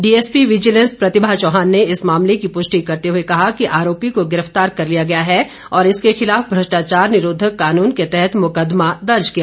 DSP vigilance Pratibha Chauhan ने इस मामले की पुष्टि करते हुए कहा कि आरोपी को गिरफ्तार कर लिया गया है और इसके खिलाफ भ्रष्टाचार निरोधक कानून के तहत मुकदमा दर्ज किया गया है